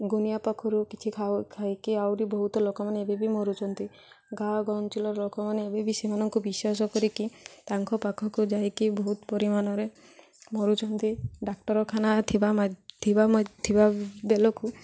ଗୁଣିଆ ପାଖରୁ କିଛି ଖାଇକି ଆହୁରି ବହୁତ ଲୋକମାନେ ଏବେ ବି ମରୁଛନ୍ତି ଗାଁ ଅଞ୍ଚଳର ଲୋକମାନେ ଏବେ ବି ସେମାନଙ୍କୁ ବିଶ୍ୱାସ କରିକି ତାଙ୍କ ପାଖକୁ ଯାଇକି ବହୁତ ପରିମାଣରେ ମରୁଛନ୍ତି ଡାକ୍ତରଖାନା ଥିବା ଥିବା ବେଳକୁ